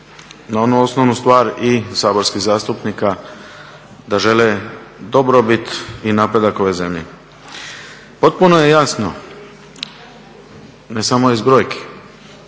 na onu osnovnu stvar i saborskih zastupnika da žele dobrobit i napredak ove zemlje. Potpuno je jasno, ne samo iz brojki